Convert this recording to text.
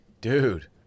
Dude